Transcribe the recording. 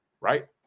Right